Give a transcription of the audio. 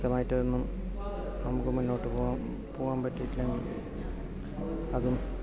വ്യക്തമായിട്ടൊന്നും നമുക്ക് മുന്നോട്ടു പോകാൻ പോകാൻ പറ്റിയിട്ടില്ലെങ്കിൽ അതും